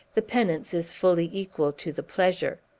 the penance is fully equal to the pleasure.